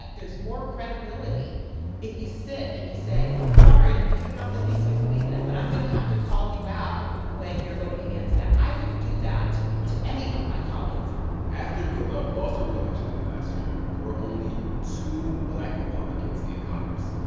there's more credibility if you sit, and you say, sorry. these are not the things we believe in. but i'm going to have to call you out when you're going against that. i would do that to any of my colleagues after mia love lost her reelection bid last year, there were only two black republicans in congress.